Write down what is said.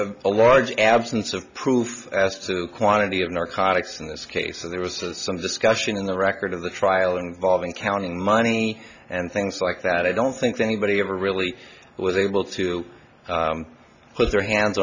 large absence of proof as to quantity of narcotics in this case and there was some discussion in the record of the trial involving counting money and things like that i don't think anybody ever really was able to put their hands